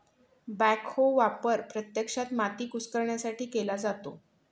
backhoe वापर प्रत्यक्षात माती कुस्करण्यासाठी केला जातो